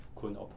Kun